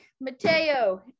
Mateo